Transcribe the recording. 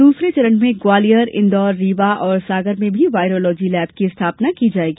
दूसरे चरण में ग्वालियर इंदौर रीवा और सागर में भी वायरोलॉजी लैब की स्थापना की जाएगी